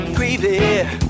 Gravy